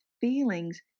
feelings